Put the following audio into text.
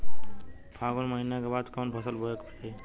फागुन महीना के बाद कवन फसल बोए के चाही?